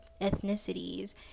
ethnicities